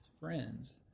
friends